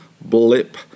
blip